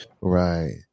right